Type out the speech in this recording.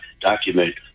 document